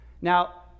Now